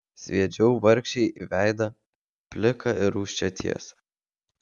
sviedžiau vargšei į veidą pliką ir rūsčią tiesą